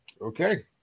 Okay